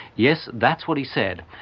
yes, that's what he said,